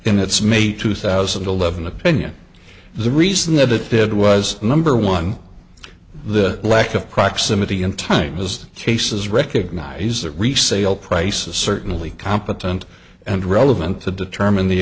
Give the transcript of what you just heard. in its may two thousand and eleven opinion the reason that it did was number one the lack of proximity in time was cases recognize the resale price is certainly competent and relevant to determine the